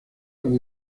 como